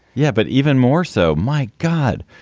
yeah, but even more so. my god,